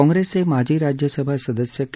काँग्रेसचे माजी राज्यसभा सदस्य के